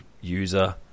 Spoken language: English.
user